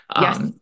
Yes